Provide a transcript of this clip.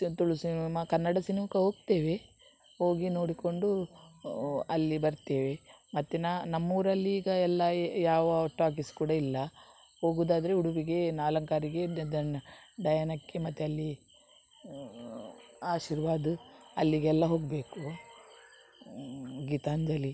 Tulu cinema Kannada ಸಿನಿಮಾಕ್ಕೆ ಹೋಗ್ತೇವೆ ಹೋಗಿ ನೋಡಿಕೊಂಡು ಅಲ್ಲಿ ಬರ್ತೇವೆ ಮತ್ತು ನಮ್ಮೂರಲ್ಲಿ ಈಗ ಎಲ್ಲಾ ಯಾವ ಟಾಕೀಸ್ ಕೂಡ ಇಲ್ಲ ಹೋಗುದಾದ್ರೆ ಉಡುಪಿಗೆ ನಾ ಅಲಂಕಾರಿಗೆ ಡಯಾನಕ್ಕೆ ಮತ್ತು ಅಲ್ಲಿ ಆಶೀರ್ವಾದ್ ಅಲ್ಲಿಗೆಲ್ಲಾ ಹೋಗಬೇಕು ಗೀತಾಂಜಲಿ